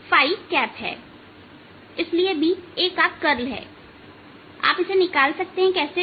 इसलिए B A का curl है आप इसे निकाल सकते हैं कैसे भी